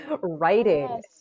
writing